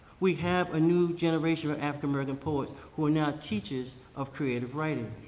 we have a new generation of african american poets who are now teachers of creative writing.